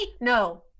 No